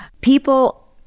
People